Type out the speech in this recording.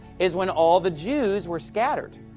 is when all the jews were scattered.